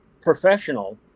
professional